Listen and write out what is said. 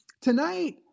tonight